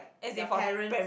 their parents